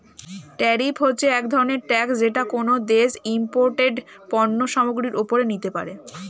tariff হচ্ছে এক ধরনের ট্যাক্স যেটা কোনো দেশ ইমপোর্টেড পণ্য সামগ্রীর ওপরে নিতে পারে